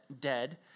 dead